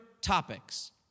topics